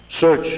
search